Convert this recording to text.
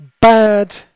bad